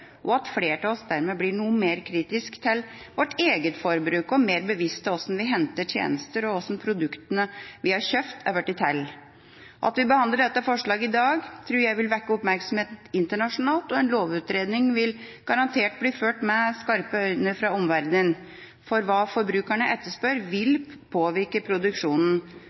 flere av oss dermed blir noe mer kritiske til vårt eget forbruk, og mer bevisste på hvor vi henter tjenester, og hvordan produktene vi har kjøpt, er blitt til. At vi behandler dette forslaget i dag, tror jeg vil vekke oppmerksomhet internasjonalt, og en lovutredning vil garantert bli fulgt med skarpe øyne av omverdenen, for hva forbrukerne etterspør, vil påvirke produksjonen.